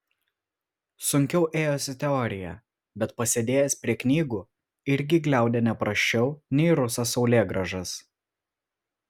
sunkiau ėjosi teorija bet pasėdėjęs prie knygų irgi gliaudė ne prasčiau nei rusas saulėgrąžas